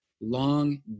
long